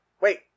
Wait